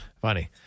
funny